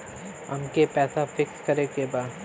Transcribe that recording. अमके पैसा फिक्स करे के बा?